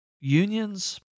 Unions